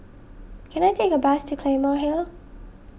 can I take a bus to Claymore Hill